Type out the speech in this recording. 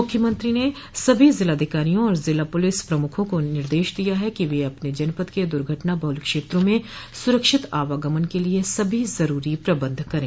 मुख्यमंत्री ने सभी जिलाधिकारियों और जिला पुलिस प्रमुखों को निर्देश दिया है कि वे अपने जनपद के दुर्घटना बहुल क्षेत्रों में सुरक्षित आवागमन के लिए सभी जरूरी प्रबंध करें